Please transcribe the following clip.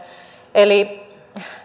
eli